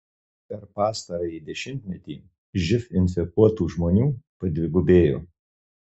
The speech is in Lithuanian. per pastarąjį dešimtmetį živ infekuotų žmonių padvigubėjo